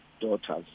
daughters